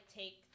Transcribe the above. take